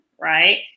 right